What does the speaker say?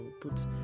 put